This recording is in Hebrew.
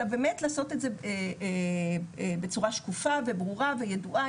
אלא באמת לעשות את זה בצורה שקופה וברורה וידועה,